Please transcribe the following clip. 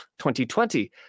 2020